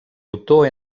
autor